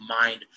mind